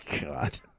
God